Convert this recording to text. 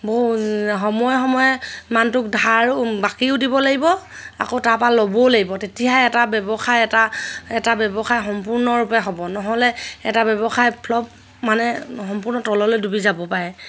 বহু সময়ে সময়ে মানুহটোক ধাৰ বাকীও দিব লাগিব আকৌ তাৰপা ল'বও লাগিব তেতিয়াহে এটা ব্যৱসায় এটা এটা ব্যৱসায় সম্পূৰ্ণৰূপে হ'ব নহ'লে এটা ব্যৱসায় ফ্লপ মানে সম্পূৰ্ণ তললৈ ডুবি যাব পাৰে